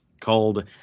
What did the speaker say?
Called